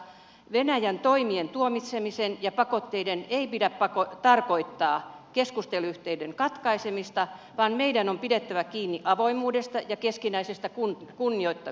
venäjän toimien tuomitsemisen ja pakotteiden ei pidä tarkoittaa keskusteluyhteyden katkaisemista vaan meidän on pidettävä kiinni avoimuudesta ja keskinäisestä kunnioituksesta